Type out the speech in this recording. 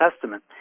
testament